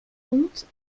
compte